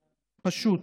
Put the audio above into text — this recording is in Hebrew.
פשוט.